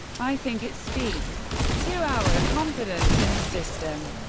i think it speaks to our confidence in the system.